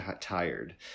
tired